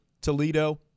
Toledo